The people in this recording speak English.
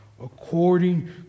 according